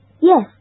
Yes